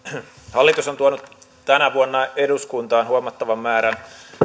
hallitus on tuonut tänä vuonna eduskuntaan huomattavan määrän